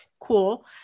cool